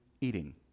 eating